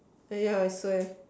yeah I swear